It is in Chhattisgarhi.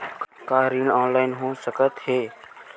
का ऋण ऑनलाइन हो सकत हे?